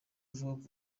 avuga